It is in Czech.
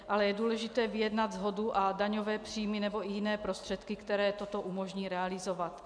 Ale je důležité vyjednat shodu a daňové příjmy nebo i jiné prostředky, které toto umožní realizovat.